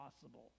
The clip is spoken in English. possible